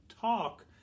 talk